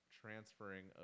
transferring